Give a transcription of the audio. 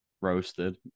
roasted